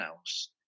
else